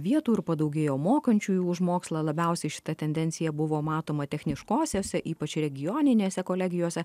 vietų ir padaugėjo mokančiųjų už mokslą labiausiai šita tendencija buvo matoma techniškosiose ypač regioninėse kolegijose